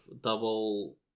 double